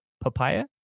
Papaya